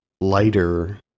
lighter